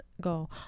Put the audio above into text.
go